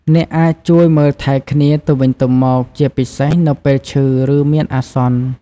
អ្នកអាច ជួយមើលថែគ្នាទៅវិញទៅមក ជាពិសេសនៅពេលឈឺ ឬមានអាសន្ន។